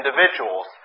individuals